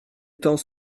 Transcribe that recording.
temps